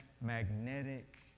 magnetic